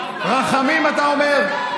רחמים אתה אומר?